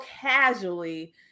casually